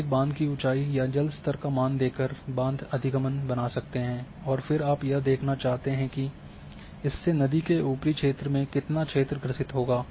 आप एक बांध की ऊंचाई या जल स्तर का मान देकर बांध अधिगम बना सकते हैं और फिर आप यह देखना चाहते हैं कि इससे नदी के ऊपरी क्षेत्र में कितना क्षेत्र ग्रसित होगा